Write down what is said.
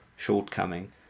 shortcoming